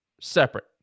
separate